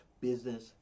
business